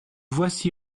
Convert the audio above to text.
voici